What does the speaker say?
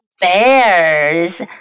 Bears